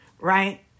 right